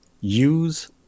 use